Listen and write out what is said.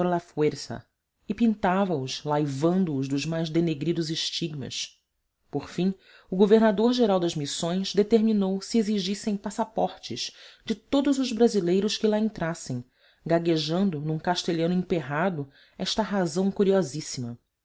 e pintava os laivando os dos mais denegridos estigmas por fim o governador geral das issões determinou se exigissem passaportes de todos os brasileiros que lá entrassem gaguejando num castelhano emperrado esta razão curiosíssima